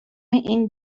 این